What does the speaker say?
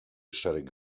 szereg